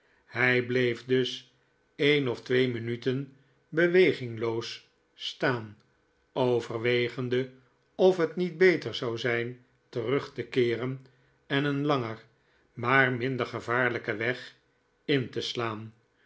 hij bleef dus een of twee minuten bewegingloos staan overwegende of het niet beter zou zijn terug te keeren en een langer maar minder gevaarlyken weg in te slaan